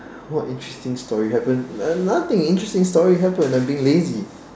what interesting stories happen uh nothing interesting story happen I'm being lazy